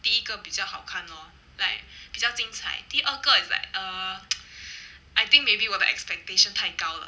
第一个比较好看 lor like 比较精彩第二个 is like err I think maybe 我的 expectation 太高了